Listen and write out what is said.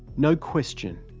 no question,